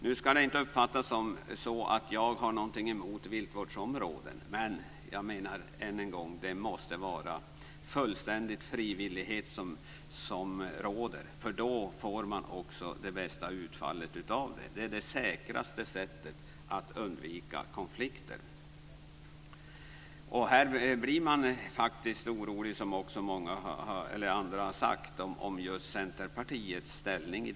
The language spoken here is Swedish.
Nu ska det inte uppfattas som att jag har någonting emot viltvårdsområden, men än en gång: Det måste vara fullständig frivillighet som råder. Då får man också det bästa utfallet. Det är det säkraste sättet att undvika konflikter. Här blir man orolig över Centerpartiets inställning.